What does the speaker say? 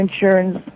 insurance